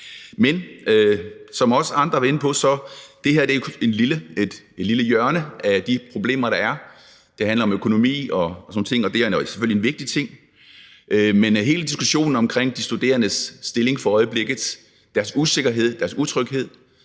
Men som andre også har været inde på, er det her kun et lille hjørne af de problemer, der er. Det handler om økonomi, og det er selvfølgelig en vigtig ting, men hele diskussionen omkring de studerendes stilling for øjeblikket – deres usikkerhed, deres utryghed